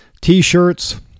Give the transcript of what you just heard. T-shirts